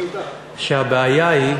חושב שהבעיה היא,